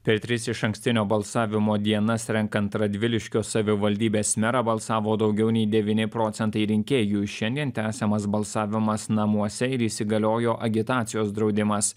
per tris išankstinio balsavimo dienas renkant radviliškio savivaldybės merą balsavo daugiau nei devyni procentai rinkėjų šiandien tęsiamas balsavimas namuose ir įsigaliojo agitacijos draudimas